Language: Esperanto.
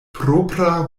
propra